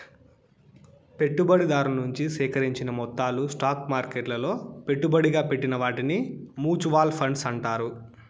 పెట్టుబడిదారు నుంచి సేకరించిన మొత్తాలు స్టాక్ మార్కెట్లలో పెట్టుబడిగా పెట్టిన వాటిని మూచువాల్ ఫండ్స్ అంటారు